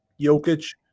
Jokic